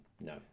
no